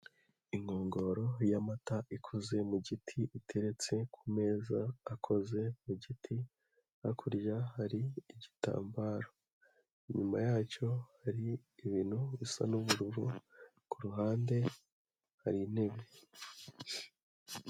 Inkongoro y'amata ikoze mu giti iteretse ku meza akoze mu giti hakurya hari igitambaro, inyuma yacyo hari ibintu bisa n'ubururu, ku ruhande hari intebe.